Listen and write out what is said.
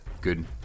good